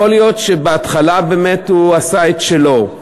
יכול להיות שבהתחלה באמת הוא עשה את שלו.